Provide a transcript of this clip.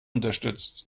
unterstützt